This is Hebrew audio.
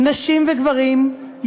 נשים וגברים,